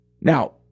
Now